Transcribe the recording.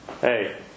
Hey